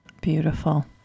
beautiful